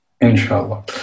Inshallah